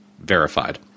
verified